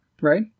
right